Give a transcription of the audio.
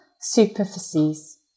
Superficies